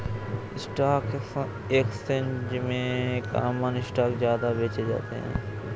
stock exchange में common stock ज्यादा बेचे जाते है